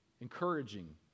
encouraging